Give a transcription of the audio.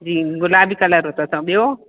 जी गुलाबी कलर अथस त ॿियो